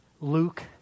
Luke